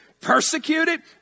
Persecuted